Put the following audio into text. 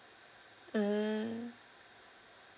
mm